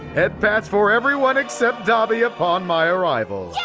head pats for everyone except dabi upon my arrival.